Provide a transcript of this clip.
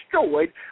destroyed